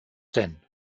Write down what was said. denn